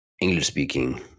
English-speaking